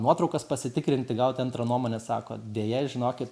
nuotraukas pasitikrinti gauti antrą nuomonę sako deja žinokit